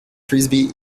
frisbee